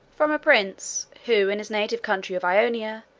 from a prince, who, in his native country of ionia,